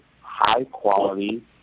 high-quality